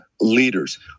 leaders